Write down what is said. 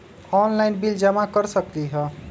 Online bill जमा कर सकती ह?